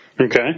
Okay